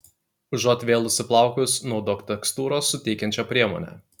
užuot vėlusi plaukus naudok tekstūros suteikiančią priemonę